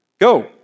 Go